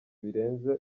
birenze